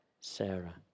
Sarah